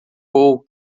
paul